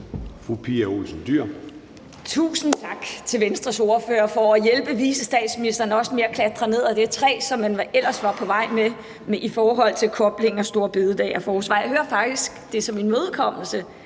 Pia Olsen Dyhr (SF): Tusind tak til Venstres ordfører for at hjælpe vicestatsministeren, også med at klatre ned fra det træ, som man ellers var på vej op i i forhold til koblingen mellem store bededag og forsvaret. Jeg hører det faktisk som en imødekommelse: